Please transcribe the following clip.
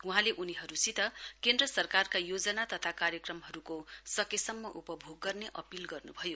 वहाँले उनीहरूसित केन्द्र सरकारका योजना तथा कार्यक्रमहरूको सकेसम्म उपभोग गर्ने अपील गर्नुभयो